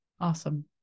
Awesome